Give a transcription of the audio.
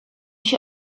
się